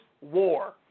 war